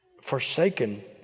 Forsaken